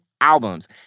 albums